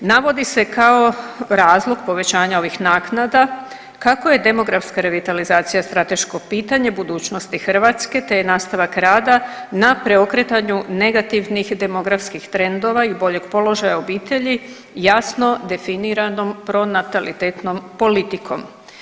Navodi se kao razlog povećanja ovih naknada kako je demografska revitalizacija strateško pitanje budućnosti Hrvatske te je nastavak rada na preokretanju negativnih demografskih trendova i boljeg položaja obitelji jasno definiranom pronatalitetnom politikom.